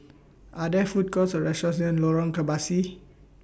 Are There Food Courts Or restaurants near Lorong Kebasi